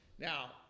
Now